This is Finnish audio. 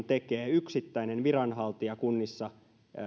tekee yksittäinen viranhaltija kunnissa